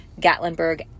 Gatlinburg